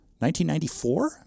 1994